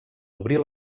obrir